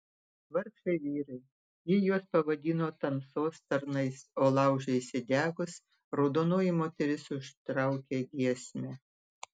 vargšai vyrai ji juos pavadino tamsos tarnais o laužui įsidegus raudonoji moteris užtraukė giesmę